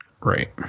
Right